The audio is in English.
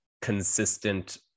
consistent